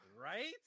right